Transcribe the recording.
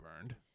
burned